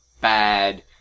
bad